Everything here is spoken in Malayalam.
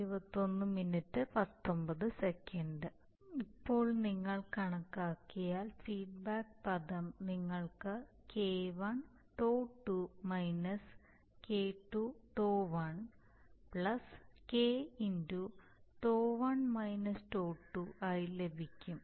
ഇപ്പോൾ നിങ്ങൾ കണക്കാക്കിയാൽ ഫീഡ്ബാക്ക് പദം നിങ്ങൾക്ക് K1 τ2 -k2 τ1 K τ1 τ2 ആയി ലഭിക്കും